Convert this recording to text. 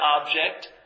object